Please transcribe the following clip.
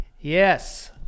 Yes